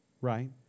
right